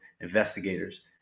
investigators